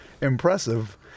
impressive